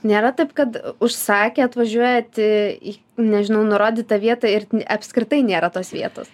nėra taip kad užsakė atvažiuojat į nežinau nurodytą vietą ir apskritai nėra tos vietos